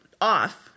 off